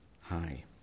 high